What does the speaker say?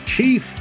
Chief